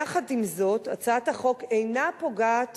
יחד עם זאת, הצעת החוק אינה פוגעת